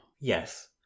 Yes